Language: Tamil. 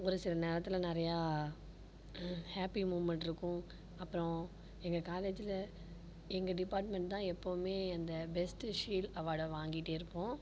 ஒரு சில நேரத்தில் நிறையா ஹேப்பி மூமண்ட்யிருக்கும் அப்புறம் எங்கள் காலேஜில் எங்கள் டிபார்ட்மண்ட் தான் எப்போதுமே அந்த பெஸ்ட்டு ஷீல்ட் அவார்டை வாங்கிட்டே இருப்போம்